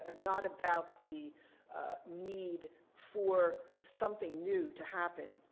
and not about the need for something new to happen.